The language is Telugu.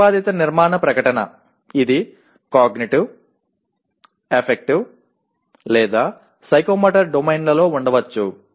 మరొకటి ప్రతిపాదిత నిర్మాణ ప్రకటన ఇది కాగ్నిటివ్ ఎఫెక్టివ్ లేదా సైకోమోటర్ డొమైన్లలో ఉండవచ్చు